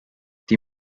die